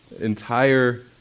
entire